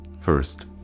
First